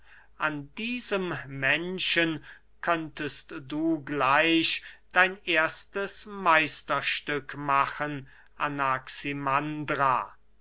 an diesem menschen könntest du gleich dein erstes meisterstück machen